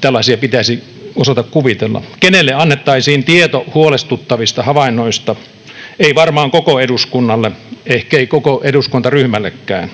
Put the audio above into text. tällaisia pitäisi osata kuvitella. Kenelle annettaisiin tieto huolestuttavista havainnoista? Ei varmaan koko eduskunnalle, ehkei koko eduskuntaryhmällekään.